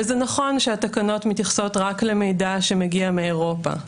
וזה נכון שהתקנות מתייחסות רק למידע שמגיע מאירופה,